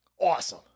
Awesome